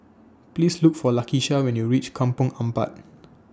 Please Look For Lakisha when YOU REACH Kampong Ampat